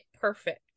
perfect